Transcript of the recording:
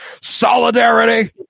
Solidarity